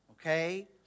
Okay